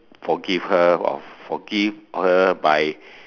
forgive her or forgive her by